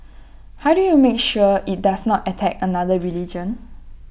how do you make sure IT does not attack another religion